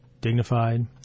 dignified